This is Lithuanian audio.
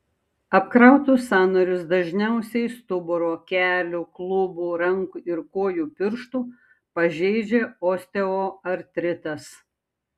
apkrautus sąnarius dažniausiai stuburo kelių klubų rankų ir kojų pirštų pažeidžia osteoartritas